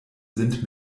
sind